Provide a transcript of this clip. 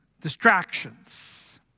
distractions